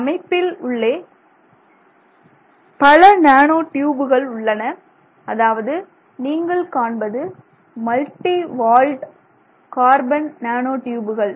இந்த அமைப்பின் உள்ளே பல நானோ ட்யூபுகள் உள்ளன அதாவது நீங்கள் காண்பது மல்டி வால்ட் கார்பன் நானோ ட்யூபுகள்